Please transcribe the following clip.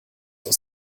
aus